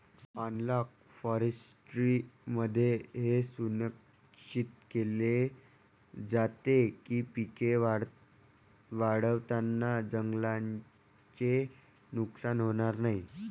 analogue फॉरेस्ट्रीमध्ये हे सुनिश्चित केले जाते की पिके वाढवताना जंगलाचे नुकसान होणार नाही